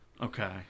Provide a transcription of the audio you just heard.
Okay